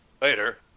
Later